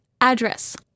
Address